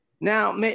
Now